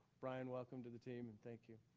bryan, welcome to the team and thank you.